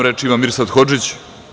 Reč ima Mirsad Hodžić.